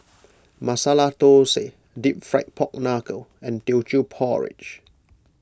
Masala Thosai Deep Fried Pork Knuckle and Teochew Porridge